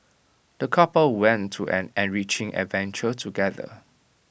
the couple went to an enriching adventure together